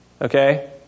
Okay